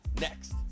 Next